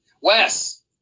Wes